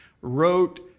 wrote